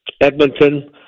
Edmonton